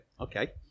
Okay